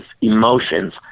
emotions